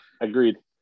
Agreed